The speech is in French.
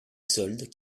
soldes